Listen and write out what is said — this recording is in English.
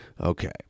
okay